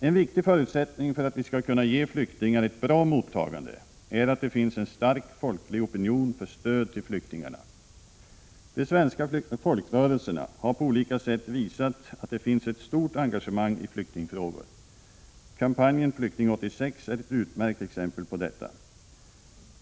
En viktig förutsättning för att vi skall kunna ge flyktingar ett bra mottagande är att det finns en stark folklig opinion för stöd till flyktingar. De svenska folkrörelserna har på olika sätt visat att det finns ett stort engagemang i flyktingfrågor. Kampanjen Flykting 86 är ett utmärkt exempel på detta.